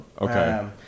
Okay